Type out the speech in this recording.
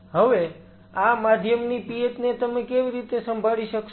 હવે આ માધ્યમની pH ને તમે કેવી રીતે સંભાળી શકશો